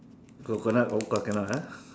coconut all can not